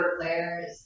players